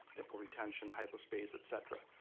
nipple retention, hypospadias, etc,